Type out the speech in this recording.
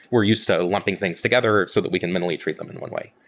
we're used to lumping things together so that we can mentally treat them in one way.